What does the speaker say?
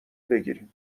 بگیریم